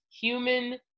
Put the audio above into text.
human